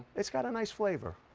it's got a nice flavor.